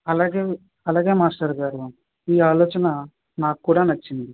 అలాగే అలాగే మాస్టారుగారు ఈ ఆలోచన నాకు కూడా నచ్చింది